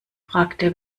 fragte